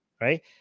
right